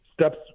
steps